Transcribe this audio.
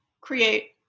create